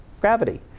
gravity